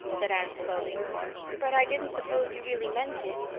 said anne slowly but i didn't suppose you really meant it.